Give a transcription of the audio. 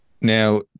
Now